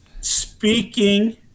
speaking